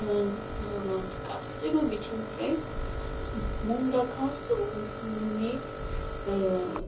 धोन दौलद गासिबो बिथिंनिफ्राय मुंदांखा सुबुंनिखौ